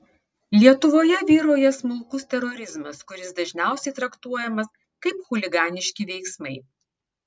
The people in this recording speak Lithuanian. lietuvoje vyrauja smulkus terorizmas kuris dažniausiai traktuojamas kaip chuliganiški veiksmai